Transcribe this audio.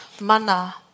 Mana